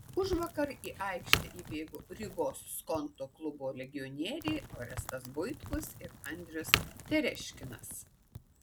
užvakar į aikštę įbėgo rygos skonto klubo legionieriai orestas buitkus ir andrius tereškinas